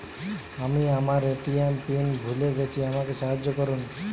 আমি আমার ATM PIN ভুলে গেছি আমাকে সাহায্য করুন